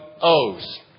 owes